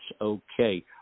okay